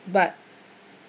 but